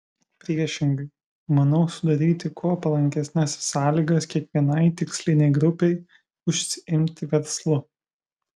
priešingai manau sudaryti kuo palankesnes sąlygas kiekvienai tikslinei grupei užsiimti verslu